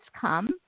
come